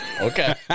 Okay